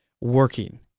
working